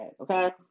okay